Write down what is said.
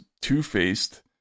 two-faced